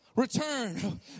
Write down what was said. Return